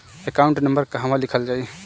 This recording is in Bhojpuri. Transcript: एकाउंट नंबर कहवा लिखल जाइ?